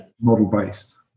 model-based